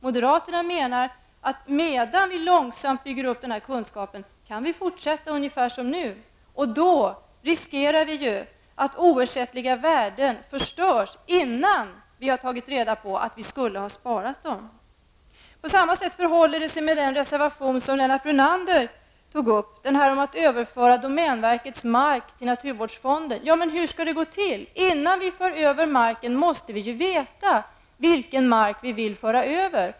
Moderaterna menar att medan vi långsamt bygger upp kunskapen kan vi fortsätta ungefär som nu. Då riskerar vi ju att oersättliga värden förstörs innan vi har tagit reda på att vi skulle ha sparat dem. På samma sätt förhåller det sig med den reservation som Lennart Brunander tog upp, nämligen att man skulle överföra domänverkets mark till naturvårdsfonden. Hur skall det gå till? Innan vi för över marken måste vi ju veta vilken mark vi vill föra över.